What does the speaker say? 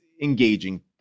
engaging